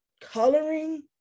coloring